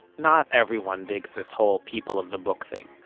not everyone digs this whole people of the book thing.